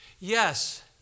yes